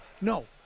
No